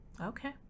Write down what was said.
Okay